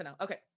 okay